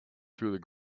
through